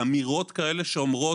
אמירות שאומרות: